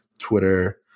Twitter